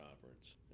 conference